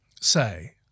say